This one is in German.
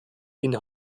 ihn